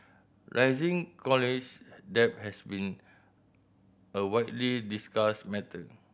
rising college debt has been a widely discussed matter